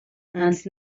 ens